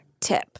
tip